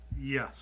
Yes